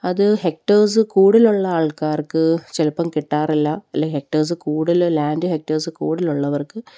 അത് ഹെക്ടേഴ്സ് കൂടുതലുള്ള ആൾക്കാർക്ക് ചിലപ്പം കിട്ടാറില്ല അല്ലെങ്കില് ഹെക്ടേഴ്സ് കൂടുതല് ലാൻഡ് ഹെക്ടേഴ്സ് കൂടുതലുള്ളവർക്ക്